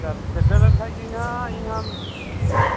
ᱥᱮᱱ ᱥᱮᱴᱮᱨ ᱞᱮᱱᱠᱷᱟᱱ ᱜᱮᱧ ᱱᱟᱦᱟᱜ ᱤᱧ ᱟᱢ ᱦᱮᱸ